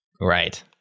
Right